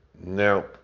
Now